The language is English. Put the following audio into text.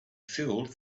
filled